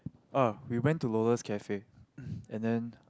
oh we went to Lola's-Cafe and then